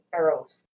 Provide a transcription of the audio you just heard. Arrows